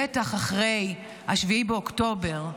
בטח אחרי 7 באוקטובר,